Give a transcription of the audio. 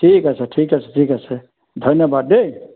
ঠিক আছে ঠিক আছে ঠিক আছে ধন্যবাদ দেই